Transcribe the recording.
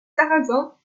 sarrasins